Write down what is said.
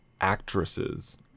actresses